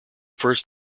first